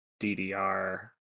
DDR